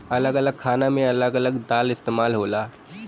अलग अलग खाना मे अलग अलग दाल इस्तेमाल होला